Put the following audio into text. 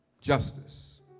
justice